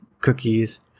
cookies